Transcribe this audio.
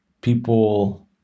people